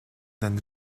del